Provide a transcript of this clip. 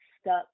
stuck